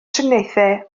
triniaethau